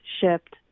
shipped